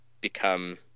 become